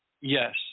Yes